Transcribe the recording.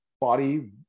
body